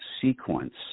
sequence